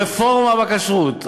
רפורמה בכשרות,